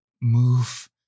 Move